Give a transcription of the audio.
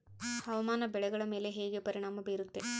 ಹವಾಮಾನ ಬೆಳೆಗಳ ಮೇಲೆ ಹೇಗೆ ಪರಿಣಾಮ ಬೇರುತ್ತೆ?